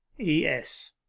e s